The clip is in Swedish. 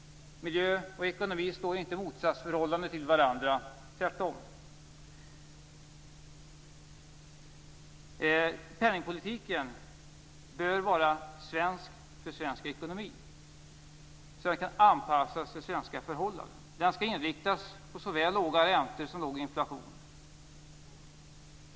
Miljö och ekonomi står inte i motsatsförhållande till varandra, tvärtom. Penningpolitiken bör vara svensk för svensk ekonomi, så att den kan anpassa sig till svenska förhållanden. Den skall inriktas på såväl låga räntor som låg inflation.